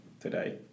today